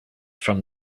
from